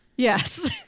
Yes